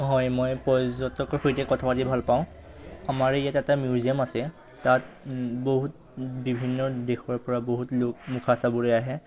হয় মই পৰ্যটকৰ সৈতে কথা পাতি ভালপাওঁ আমাৰ ইয়াত এটা মিউজিয়াম আছে তাত বহুত বিভিন্ন দেশৰপৰা বহুত লোক মুখা চাবলৈ আহে